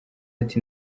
ati